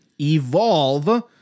evolve